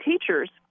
teachers